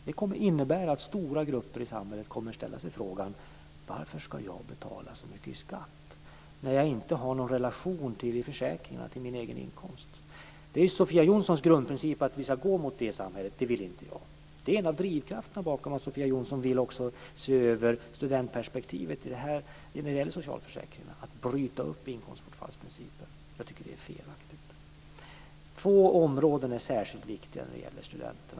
Det kommer att innebära att stora grupper i samhället ställer sig frågan: Varför ska jag betala så mycket i skatt när jag inte har någon relation i försäkringarna till min egen inkomst? Det är ju Sofia Jonssons grundprincip att vi ska gå mot det samhället. Det vill inte jag. Det är en av drivkrafterna bakom att Sofia Jonsson också vill se över studentperspektivet i de generella socialförsäkringarna och bryta upp inkomstbortfallsprincipen. Jag tycker att det är felaktigt. Två områden är särskilt viktiga när det gäller studenterna.